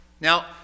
Now